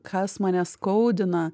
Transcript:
kas mane skaudina